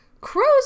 crows